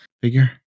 figure